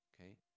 Okay